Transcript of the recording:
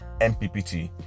MPPT